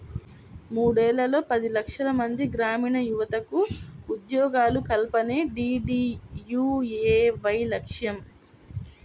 మూడేళ్లలో పది లక్షలమంది గ్రామీణయువతకు ఉద్యోగాల కల్పనే డీడీయూఏవై లక్ష్యం